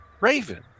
Raven